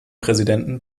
präsidenten